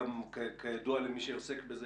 כידוע למי שעוסק בזה,